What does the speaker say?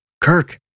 Kirk